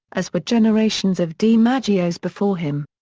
as were generations of dimaggios before him.